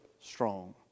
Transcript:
strong